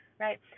right